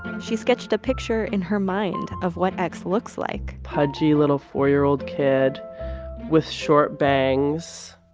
she sketched a picture in her mind of what x looks like pudgy little four year old kid with short bangs,